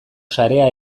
sarea